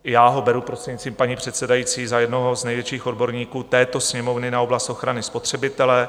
Já ho beru, prostřednictvím paní předsedající, za jednoho z největších odborníků této Sněmovny na oblast ochrany spotřebitele.